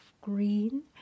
green